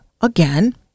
again